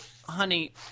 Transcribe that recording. honey